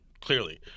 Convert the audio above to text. clearly